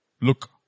Look